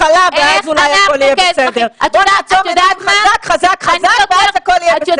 חברתי בכלל כי היינו בסגר חודשים ובהתחלה הייתה